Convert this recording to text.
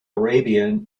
arabian